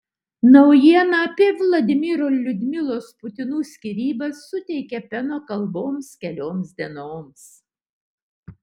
naujiena apie vladimiro ir liudmilos putinų skyrybas suteikė peno kalboms kelioms dienoms